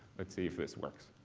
let's see if this works.